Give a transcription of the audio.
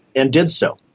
and did so.